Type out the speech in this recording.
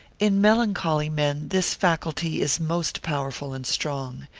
in melancholy men this faculty is most powerful and strong,